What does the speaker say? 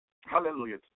Hallelujah